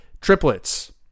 triplets